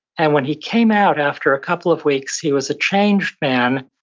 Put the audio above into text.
and when he came out after a couple of weeks, he was a changed man,